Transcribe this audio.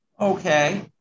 Okay